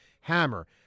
HAMMER